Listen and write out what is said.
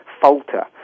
falter